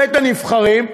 בית-הנבחרים,